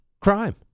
Crime